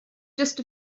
just